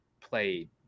played